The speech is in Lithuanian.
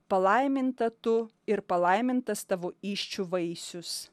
palaiminta tu ir palaimintas tavo įsčių vaisius